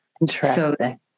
Interesting